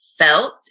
felt